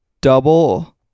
double